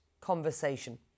conversation